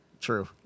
True